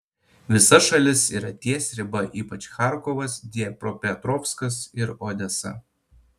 visa šalis yra ties riba ypač charkovas dniepropetrovskas ir odesa